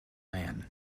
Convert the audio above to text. man